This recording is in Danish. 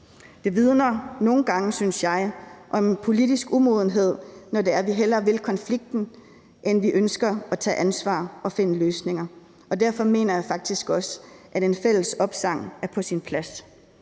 Det vidner nogle gange, synes jeg, om en politisk umodenhed, når det er, vi hellere vil konflikten, end at vi ønsker at tage ansvar og finde løsninger, og derfor mener jeg faktisk også, at en fælles opsang er på sin plads,